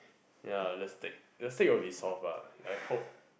ya the steak the steak will be soft lah I hope